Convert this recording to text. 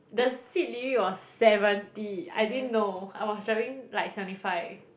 the speed limit was seventy I didn't know I was driving like seventy five